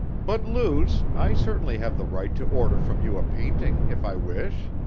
but, luce, i certainly have the right to order from you a painting, if i wish?